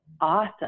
awesome